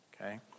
okay